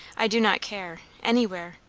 i do not care. anywhere.